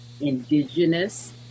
Indigenous